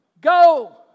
Go